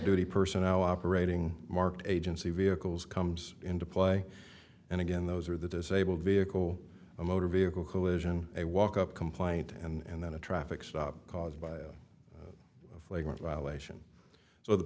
duty personnel operating marked agency vehicles comes into play and again those are the disabled vehicle a motor vehicle collision a walkup complaint and then a traffic stop caused by a flagrant violation so the